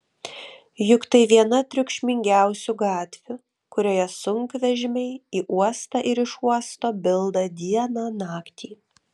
juk tai viena triukšmingiausių gatvių kurioje sunkvežimiai į uostą ir iš uosto bilda dieną naktį